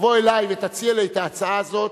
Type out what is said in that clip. תבוא אלי ותציע לי את ההצעה הזאת,